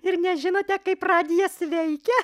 ir nežinote kaip radijas veikia